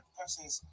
persons